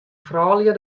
froulju